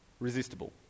resistible